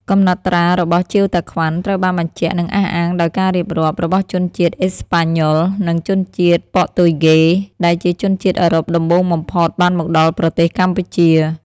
កំណត់ត្រារបស់ ជៀវតាក្វាន់ ត្រូវបានបញ្ជាក់ និងអះអាងដោយការរៀបរាប់ របស់ជនជាតិ អេស្ប៉ាញ៉ុល និងជនជាតិ ព័រទុយហ្គេ ដែលជាជនអឺរ៉ុបដំបូងបំផុត បានមកដល់ប្រទេសកម្ពុជា ។